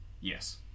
yes